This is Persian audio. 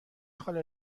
خاله